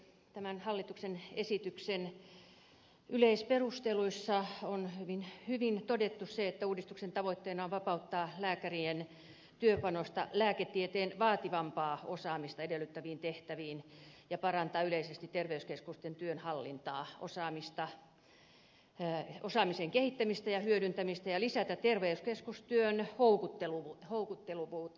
tämän hallituksen esityksen yleisperusteluissa on hyvin todettu se että uudistuksen tavoitteena on vapauttaa lääkärien työpanosta lääketieteen vaativampaa osaamista edellyttäviin tehtäviin ja parantaa yleisesti terveyskeskusten työnhallintaa osaamisen kehittämistä ja hyödyntämistä ja lisätä terveyskeskustyön houkuttelevuutta